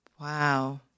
Wow